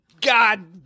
God